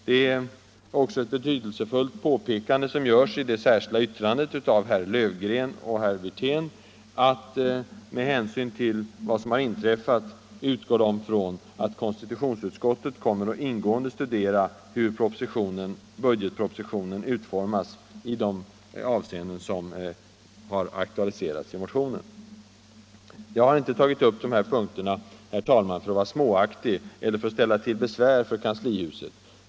Det är också ett betydelsefullt påpekande som görs i det särskilda yttrandet av herrar Löfgren och Wirtén. Med hänsyn till vad som har inträffat utgår de från att konstitutionsutskottet kommer att ingående studera hur budgetpropositionen utformas i de avseenden som har aktualiserats i motionen. Herr talman! Jag har inte tagit upp de här punkterna för att vara småaktig eller för att ställa till besvär för kanslihuset.